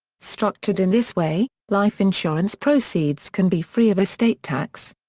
structured in this way, life insurance proceeds can be free of estate tax.